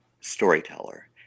storyteller